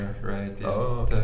Right